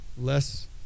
less